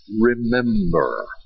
remember